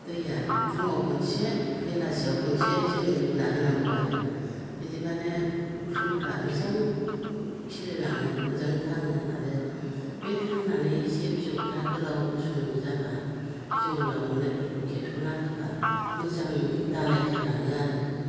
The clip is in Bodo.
दैया फुङाव खनसे बेलासेयाव खनसे जोङो लुना होनांगौ आरो बिदिब्लानो फुलफ्रा मोजां खिलिलाङो मोजां थाङो आरो बे थांनानै एसे बिजौफ्रा गोलाव गुसुं जाब्ला बिजौ लावनायफोरखौ खेबस'ना होब्ला मोजां दालाइ खालाङो आरो